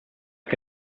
che